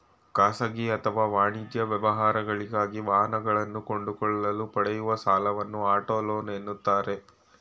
ಖಾಸಗಿ ಅಥವಾ ವಾಣಿಜ್ಯ ವ್ಯವಹಾರಗಳಿಗಾಗಿ ವಾಹನಗಳನ್ನು ಕೊಂಡುಕೊಳ್ಳಲು ಪಡೆಯುವ ಸಾಲವನ್ನು ಆಟೋ ಲೋನ್ ಎನ್ನುತ್ತಾರೆ